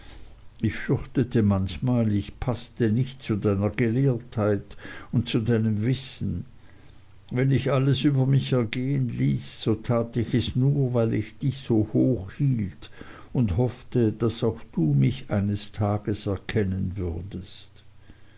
ich fürchtete manchmal ich paßte nicht zu deiner gelehrtheit und zu deinem wissen wenn ich alles über mich ergehen ließ so tat ich es nur weil ich dich so hoch hielt und hoffte daß auch du mich eines tages erkennen würdest